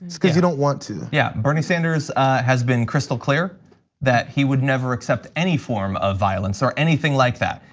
because you don't want to. yeah, bernie sanders has been crystal clear that he would never accept any form of violence or anything like that.